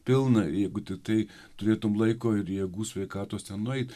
pilna jeigu tiktai turėtum laiko ir jėgų sveikatos ten nueit